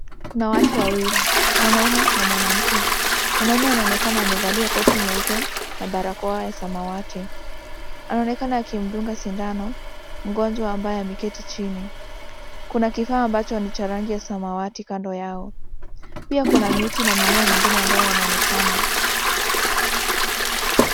Kuna watu wawili. Mwanaume na mwanamke. Mwanaume anaonekana amevalia koti nyeupe na barakoa ya samawati. Anaonekana akimdunga sindano mgonjwa ambaye ameketi chini. Kuna kifaa ambacho ni cha rangi ya samawati kando yao. Pia kuna miti na mimea mingine ambayo yanaonekana.